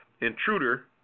intruder